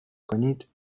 کنید